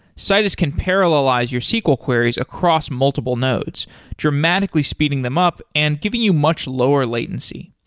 citus can parallelize your sql queries across multiple nodes dramatically speeding them up and giving you much lower latency.